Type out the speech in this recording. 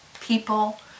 people